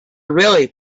really